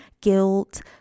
guilt